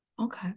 okay